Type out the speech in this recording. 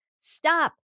Stop